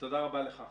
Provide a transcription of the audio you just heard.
תודה רבה לך.